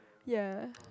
ya